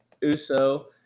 Uso